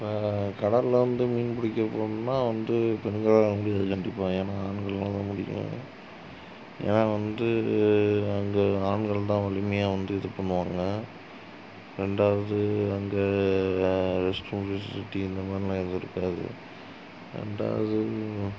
இப்போ கடலில் வந்து மீன் பிடிக்க போகணுன்னா வந்து பெண்களால் முடியாது கண்டிப்பாக ஏன்னா ஆண்களால் முடியும் ஏன்னா வந்து அங்கே ஆண்கள்தான் வலிமையாக வந்து இது பண்ணுவாங்க ரெண்டாவது அங்கே ரெஸ்ட்ரூம் ஃபெஷிலிட்டி இந்தமாதிரிலாம் எதுவும் இருக்காது ரெண்டாவது